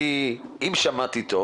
אם שמעתי טוב